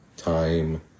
time